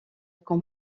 qu’on